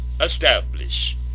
establish